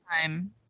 time